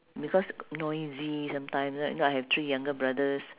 because noisy sometime right y~ know I have three younger brothers